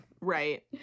Right